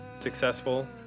successful